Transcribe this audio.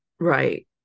Right